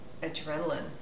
adrenaline